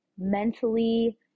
mentally